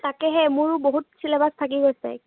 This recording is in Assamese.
তাকেহে মোৰো বহুত চিলেবাছ থাকি গৈছে